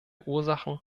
ursachen